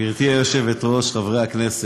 גברתי היושבת-ראש, חברי הכנסת,